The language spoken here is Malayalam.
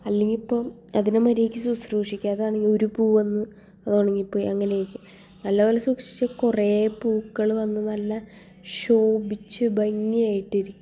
അല്ലെങ്കിപ്പം അതിനെ മര്യാദക്ക് ശുശ്രൂഷിക്കാതെ ഒരു പൂവന്ന് അത് ഉണങ്ങി പോയി അങ്ങനായിരിക്കും നല്ല പോലെ സൂക്ഷിച്ചാൽ കുറെ പൂക്കൾ വന്ന് നല്ല ശോഭിച്ച് ഭംഗിയായിട്ടിരിക്കും